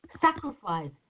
Sacrifice